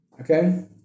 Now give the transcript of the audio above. Okay